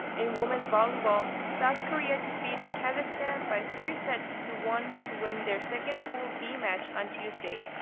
in women's volleyball, south korea defeated kazakhstan by three sets to one to win their second pool b match on tuesday.